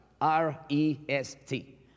R-E-S-T